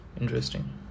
Interesting